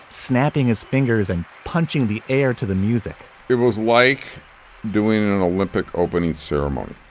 snapping his fingers and punching the air to the music it was like doing an olympic opening ceremony.